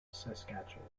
saskatchewan